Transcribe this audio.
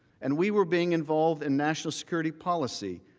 and we were being involved in national security policy,